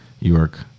York